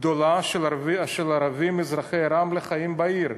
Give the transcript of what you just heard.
גדולה של ערבים אזרחי רמלה חיים אצלי בעיר.